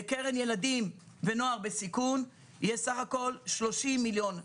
לקרן ילדים ונוער בסיכון יהיה סך הכול 30 מיליון שקל,